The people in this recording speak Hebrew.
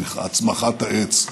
הצמחת העץ.